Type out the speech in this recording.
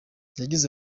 yagize